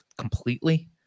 completely